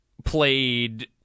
played